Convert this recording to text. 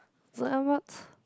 do I watched